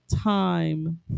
time